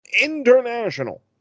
International